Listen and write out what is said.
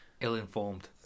Ill-informed